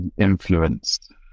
influenced